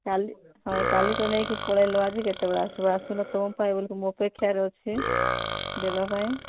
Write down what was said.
କାଲି ହଁ କାଲି ତ ନେଇକି ପଳାଇଲ ଆଜି କେତେବେଳେ ଆସିବ ଆସୁନ ତୁମ ପାଇଁ ବୋଲି ମୁଁ ଅପେକ୍ଷାରେ ଅଛି ଦେବା ପାଇଁ